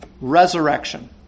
Resurrection